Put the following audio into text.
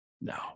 No